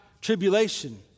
tribulation